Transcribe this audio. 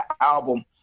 album